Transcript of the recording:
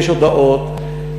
יש הודאות,